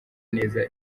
neza